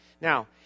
Now